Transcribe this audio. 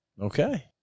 Okay